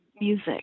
music